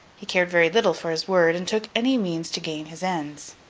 he cared very little for his word, and took any means to gain his ends.